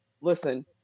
Listen